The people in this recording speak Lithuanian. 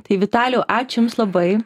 tai vitalijau ačiū jums labai